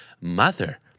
Mother